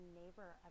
neighbor